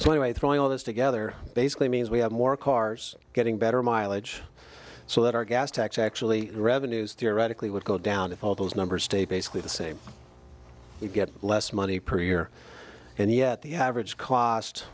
all this together basically means we have more cars getting better mileage so that our gas tax actually revenues theoretically would go down if all those numbers stay basically the same you get less money per year and yet the average cost